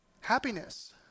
Happiness